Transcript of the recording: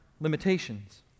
limitations